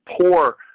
poor